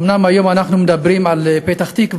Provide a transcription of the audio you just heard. אומנם היום אנחנו מדברים על פתח-תקווה,